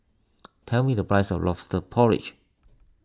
tell me the price of Lobster Porridge